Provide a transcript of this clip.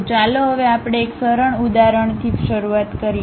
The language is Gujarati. તો ચાલો હવે આપણે એક સરળ ઉદાહરણથી શરૂઆત કરીએ